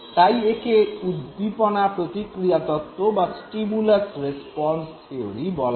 তাই একে উদ্দীপনা প্রতিক্রিয়া তত্ত্ব বা স্টিমুলাস রেসপন্স থিয়োরি বলা হয়